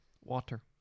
Water